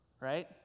right